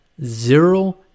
Zero